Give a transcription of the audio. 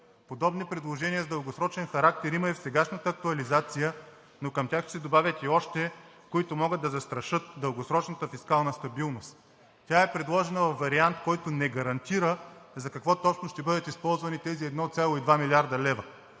Подобни предложения с дългосрочен характер има и в сегашната актуализация, но към тях ще се добавят и още, които могат да застрашат дългосрочната фискална стабилност. Тя е предложена във вариант, който не гарантира за какво точно ще бъдат използвани тези 1,2 млрд. лв.